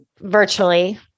virtually